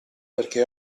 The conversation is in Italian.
perché